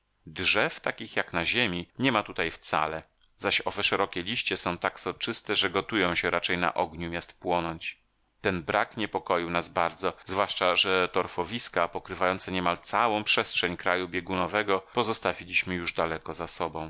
drzew takich jak na ziemi niema tutaj wcale zaś owe szerokie liście są tak soczyste że gotują się raczej na ogniu miast płonąć ten brak niepokoił nas bardzo zwłaszcza że torfowiska pokrywające niemal całą przestrzeń kraju biegunowego pozostawiliśmy już daleko za sobą